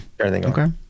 okay